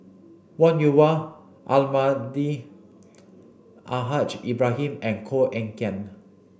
Wong Yoon Wah Almahdi Al Haj Ibrahim and Koh Eng Kian